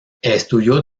estudió